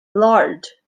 lard